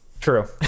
True